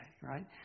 right